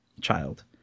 child